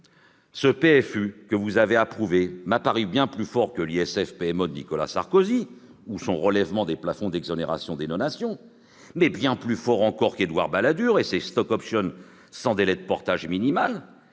Ce PFU, que vous avez approuvé, m'a paru bien plus fort que l'ISF-PME de Nicolas Sarkozy ou son relèvement des plafonds d'exonération des donations, et bien plus fort encore qu'Édouard Balladur et ses stock-options sans délai de portage minimal.